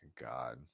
god